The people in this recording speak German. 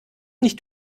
nicht